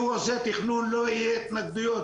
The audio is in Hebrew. כאשר הוא עושה תכנון לא יהיו התנגדויות,